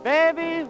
Baby